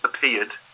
Appeared